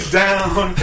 down